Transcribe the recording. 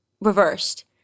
reversed